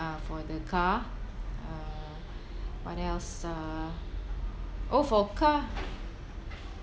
uh for the car uh what else uh oh for car